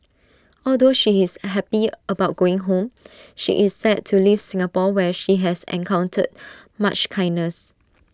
although she is happy about going home she is sad to leave Singapore where she has encountered much kindness